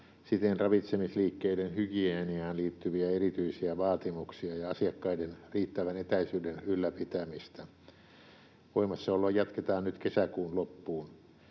siten ravitsemisliikkeiden hygieniaan liittyviä erityisiä vaatimuksia ja asiakkaiden riittävän etäisyyden ylläpitämistä. Voimassaoloa jatketaan nyt kesäkuun loppuun.